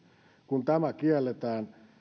kun tämä kielletään